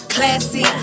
Classy